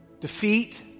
defeat